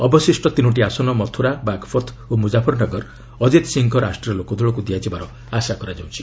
ଅବଶିଷ୍ଟ ତିନୋଟି ଆସନ ମଥୁରା ବାଘପଥ ଓ ମୁଜାଫରନଗର ଅଜିତ ସିଂହଙ୍କ ରାଷ୍ଟ୍ରୀୟ ଲୋକଦଳକୁ ଦିଆଯିବାର ଆଶା କରାଯାଉଛି